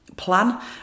plan